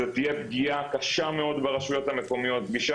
זאת תהיה פגיעה קשה מאוד ברשויות המקומיות,